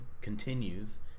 continues